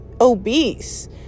obese